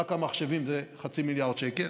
רק המחשבים זה חצי מיליארד שקל,